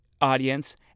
audience